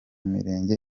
mirenge